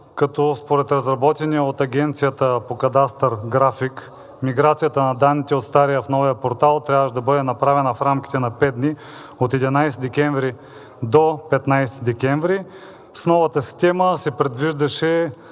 Според разработения от Агенцията по кадастър график миграцията на данните от стария в новия портал трябваше бъде направена в рамките на 5 дни, от 11 декември 2024 г. до 15 декември 2024 г. С новата система се предвиждаше